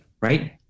Right